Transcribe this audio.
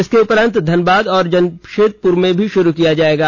इसके उपरांत धनबाद और जमशेदपुर में इसे शुरू किया जाएगा